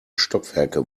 stockwerke